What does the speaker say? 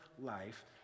life